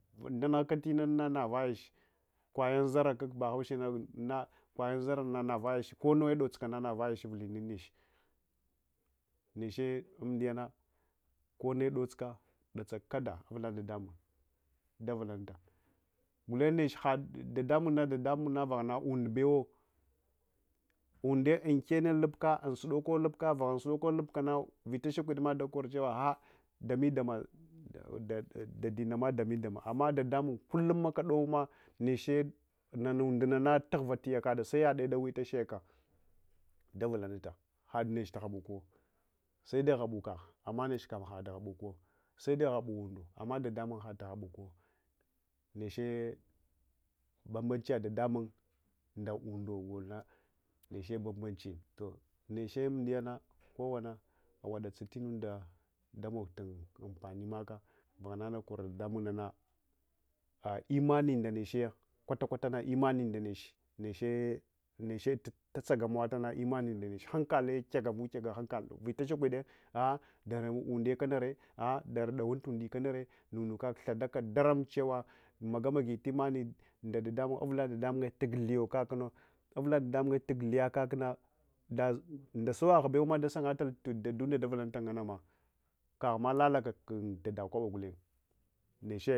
Danughaka lnanuna navayache kwayan dzara akbahaushe nah kwayan dzarrana na vayache konnuwe datslrans na vayache uvulinun neche neche amdiyana konne dotsuka datsa kadda uvula ɗaɗamung davulanae sguleng nech had ɗaɗamung na dadamung navaghana und bewo unde unksenne lupka unsudoko lupka vaghun sudoko lupicne vita shakwidma dakor chewa gha dami dama dadin nama dami dama amma ɗaɗamung kullum makadowma neche nan-und dunama tughuvs yakad seyde dawitacheka davulanata hadnechtughssukuwo sede ghabuk kagh ammnech kam had ghabukuwo sede ghabu undo amma ɗaɗamung hadtu ghabukuwo neche banbanchlya ɗaɗamung nda undo golna neche ban banchi toh’ neche umdiyana kowa na aw datsa tinunda damogtun ampani maks vaghanana kor ɗaɗamung nah a'a lmmani ndechiya kwalakwalsna lmmani ndanechiya neche neche tstsagamadalang lmman inda neche hankale kyagawu kyaga hankale vitashide ah’ dara agndiya ksanare dara dawunundi kanare nunu kak thadaka daram chewa magamagitu lmmani nda ɗaɗamung uvula ɗaɗamunye tuguthiya kakna uvula ɗaɗamunye buguttiya kakna nda ndasowagh bewuma dasungatal dadunde davulanata ngannama kagnma lalaka dada koba guleng neche